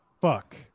fuck